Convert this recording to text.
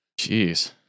Jeez